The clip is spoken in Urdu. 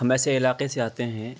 ہم ایسے علاقے سے آتے ہیں